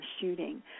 shooting